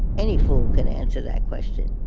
any fool can answer that question.